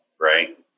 right